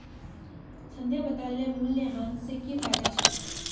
संध्या बताले मूल्यह्रास स की फायदा छेक